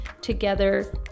together